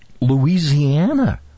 Louisiana